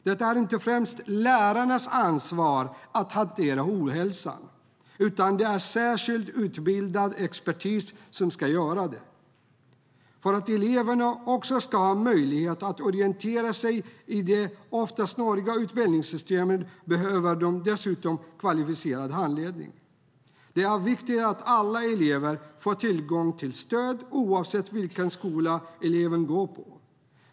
Det är dock inte främst lärarnas ansvar att hantera ohälsan, utan det ska särskilt utbildad expertis göra. För att eleverna också ska ha möjlighet att orientera sig i det ofta snåriga utbildningssystemet behöver de dessutom kvalificerad handledning. Det är viktigt att alla elever får tillgång till stöd, oavsett vilken skola eleven går på.